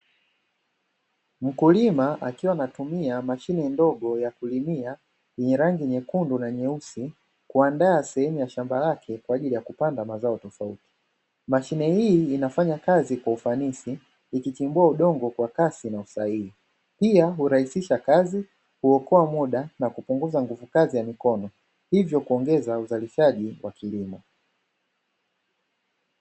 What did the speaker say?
Mkulima akiwa anatumia mashine ndogo ya kulimia kuandaa shamba kwa ajili ya upandaji. Mashine huu hupunguza muda na hiyo kuongeza uzalishaji wa kilimo.